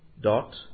Dot